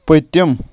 پٔتِم